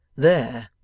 there.